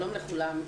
שלום לכולם.